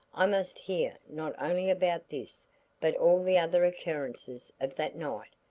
i must hear not only about this but all the other occurrences of that night.